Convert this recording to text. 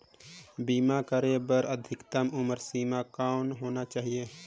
बीमा करे बर अधिकतम उम्र सीमा कौन होना चाही?